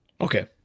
Okay